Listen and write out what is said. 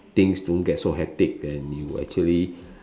things don't get so hectic and you actually